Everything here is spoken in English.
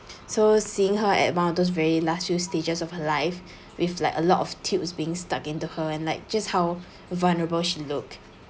so seeing her at one of those very last few stages of her life with like a lot of tubes being stuck into her and like just how vulnerable she look